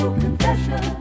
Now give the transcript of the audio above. confession